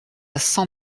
cent